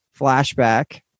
flashback